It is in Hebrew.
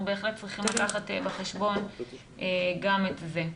בהחלט צריכים לקחת בחשבון גם את זה.